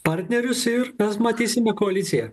partnerius ir mes matysime koaliciją